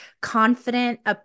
confident